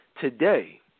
Today